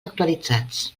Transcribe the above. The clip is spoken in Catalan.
actualitzats